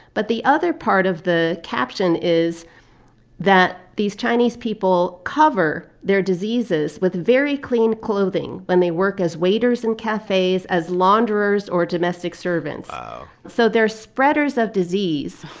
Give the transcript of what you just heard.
but the other part of the caption is that these chinese people cover their diseases with very clean clothing when they work as waiters in cafes, as launderers or domestic servants wow so they're spreaders of disease,